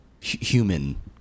human